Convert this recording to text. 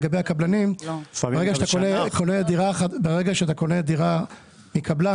לגבי הקבלנים: ברגע שאתה קונה דירה מקבלן,